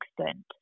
extent